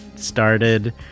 started